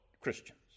Christians